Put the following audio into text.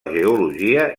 geologia